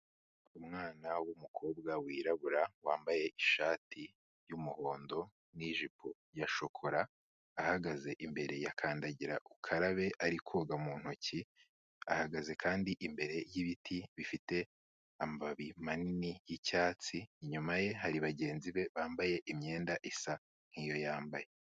Umwana w'umukobwa wirabura, wambaye ishati y'umuhondo n'ijipo ya shokora, ahagaze imbere ya kandagira ukarabe, ari koga mu ntoki, ahagaze kandi imbere yibiti bifite amababi manini y'icyatsi, inyuma ye hari bagenzi be, bambaye imyenda isa nk'iyo yambaye.